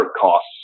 costs